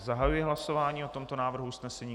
Zahajuji hlasování o tomto návrhu usnesení.